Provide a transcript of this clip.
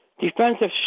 Defensive